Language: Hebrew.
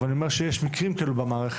אבל אני אומר שיש מקרים כאלו במערכת.